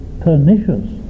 pernicious